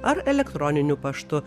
ar elektroniniu paštu